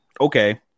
okay